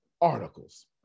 Articles